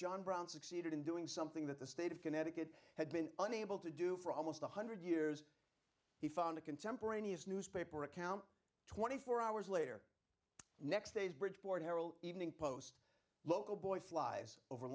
john brown succeeded in doing something that the state of connecticut had been unable to do for almost one hundred years he found a contemporaneous newspaper account twenty four hours later next day's bridgeport herald evening post local boy flies over